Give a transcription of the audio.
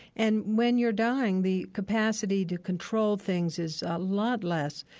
and when you're dying, the capacity to control things is a lot less.